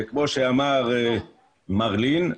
כמו שאמר מר לין,